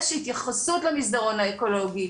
יש התייחסות למסדרון האקולוגי.